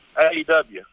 AEW